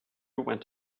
went